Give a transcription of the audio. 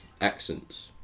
accents